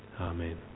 Amen